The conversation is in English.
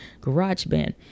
GarageBand